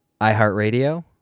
iHeartRadio